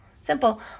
simple